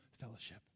fellowship